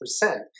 percent